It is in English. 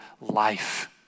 life